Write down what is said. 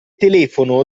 telefono